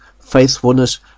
faithfulness